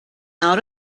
out